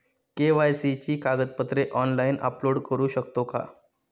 KYC ची कागदपत्रे online upload करू शकतो का?